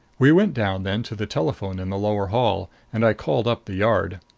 we went down then to the telephone in the lower hall, and i called up the yard.